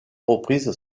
reprises